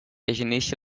neste